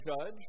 judge